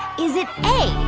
is it a,